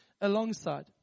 alongside